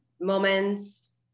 moments